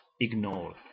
ignore